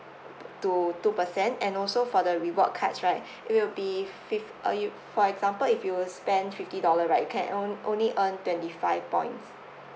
to two percent and also for the reward cards right it will be fif~ uh you for example if you spend fifty dollar right you can on~ only earn twenty five points